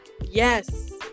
Yes